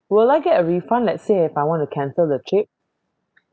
will I get a refund let's say if I want to cancel the trip